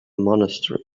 monastery